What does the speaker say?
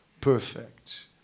perfect